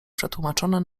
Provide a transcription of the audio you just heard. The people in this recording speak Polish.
przetłumaczone